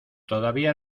todavía